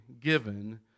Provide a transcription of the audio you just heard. given